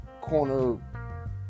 corner